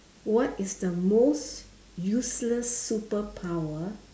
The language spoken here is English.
what is the most useless superpower